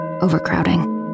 overcrowding